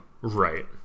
Right